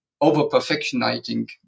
over-perfectionizing